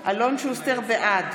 שוסטר, בעד